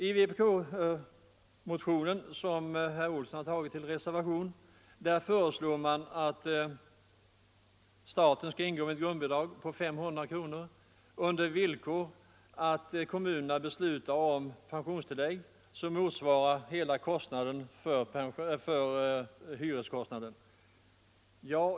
I vpk-motionen, som herr Olsson i Stockholm pläderar för i reservationen 4 till socialförsäkringsutskottets betänkande nr 33, föreslås att staten skall ingå med grundbidrag på 500 kronor under villkor att kommunerna beslutar om pensionstillägg som motsvarar hela hyreskostnaden.